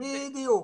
בדיוק.